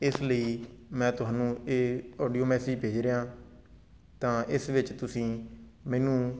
ਇਸ ਲਈ ਮੈਂ ਤੁਹਾਨੂੰ ਇਹ ਆਡੀਓ ਮੈਸੇਜ ਭੇਜ ਰਿਹਾ ਤਾਂ ਇਸ ਵਿੱਚ ਤੁਸੀਂ ਮੈਨੂੰ